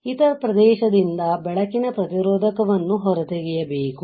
ಮತ್ತು ಇತರ ಪ್ರದೇಶದಿಂದ ಬೆಳಕಿನ ಪ್ರತಿರೋಧಕವನ್ನು ಹೊರತೆಗೆಯಬೇಕು